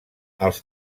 els